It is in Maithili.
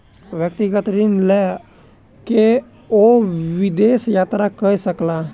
व्यक्तिगत ऋण लय के ओ विदेश यात्रा कय सकला